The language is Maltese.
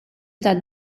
tad